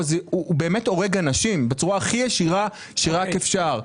הוא באמת הורג אנשים בצורה הכי ישירה שרק אפשר.